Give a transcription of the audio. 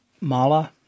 Mala